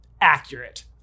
accurate